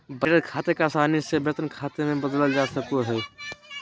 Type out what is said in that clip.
बचत खाते के आसानी से वेतन खाते मे बदलल जा सको हय